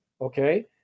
okay